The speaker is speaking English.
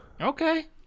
okay